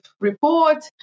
report